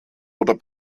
oder